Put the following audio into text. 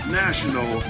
national